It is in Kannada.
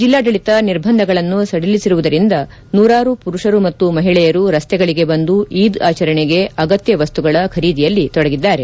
ಜಿಲ್ಲಾಡಳಿತ ನಿರ್ಬಂಧಗಳನ್ನು ಸಡಿಸಲಿಸಿರುವುದರಿಂದ ನೂರಾರು ಪುರುಷರು ಮತ್ತು ಮಹಿಳೆಯರು ರಸ್ತೆಗಳಿಗೆ ಬಂದು ಈದ್ ಆಚರಣೆಗೆ ಮಾಂಸ ಮತ್ತು ಇತರೆ ಅಗತ್ತ ವಸ್ತುಗಳ ಖರೀದಿಯಲ್ಲಿ ತೊಡಗಿದ್ದಾರೆ